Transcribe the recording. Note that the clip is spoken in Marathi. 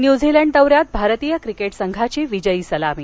न्युझीलंड दौर्या त भारतीय क्रिकेट संघाची विजयी सलामी